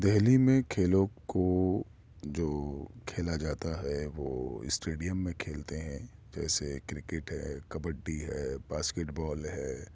دہلی میں کھیلو کو جو کھیلا جاتا ہے وہ اسٹیڈیم میں کھیلتے ہیں جیسے کرکٹ ہے کبڈی ہے باکسٹ بال ہے